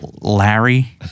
Larry